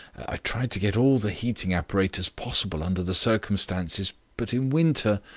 i tried to get all the heating apparatus possible under the circumstances. but in winter.